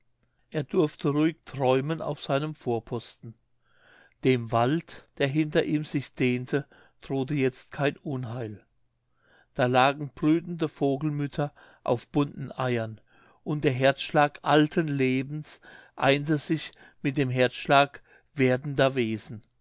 er durfte ruhig träumen auf seinem vorposten dem wald der hinter ihm sich dehnte drohte jetzt kein unheil da lagen brütende vogelmütter auf bunten eiern und der herzschlag alten lebens einte sich mit dem herzschlag werdender wesen